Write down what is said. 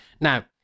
now